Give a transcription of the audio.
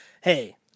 hey